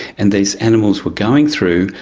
and these animals were going through,